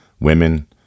women